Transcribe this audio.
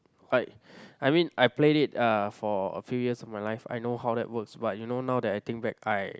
quite I mean I played it uh for a few years of my life I know how that works but you know now I think back I